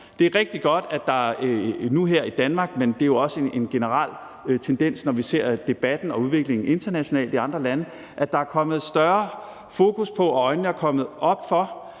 det er rigtig godt, at der nu her i Danmark – men det er jo også en generel tendens, kan vi se på debatten og udviklingen internationalt, i andre lande – er kommet større fokus på og man har fået øjnene op for,